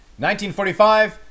1945